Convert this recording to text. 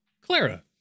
Clara